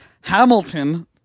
Hamilton